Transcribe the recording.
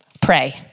pray